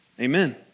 Amen